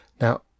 Now